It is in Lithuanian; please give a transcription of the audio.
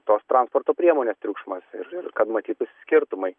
tos transporto priemonės triukšmas ir ir kad matytųsi skirtumai